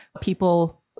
people